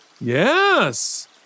Yes